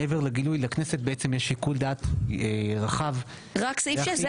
מעבר לגילוי לכנסת יש שיקול דעת רחב --- רק סעיף 6,